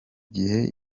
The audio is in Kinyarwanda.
gihe